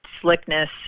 slickness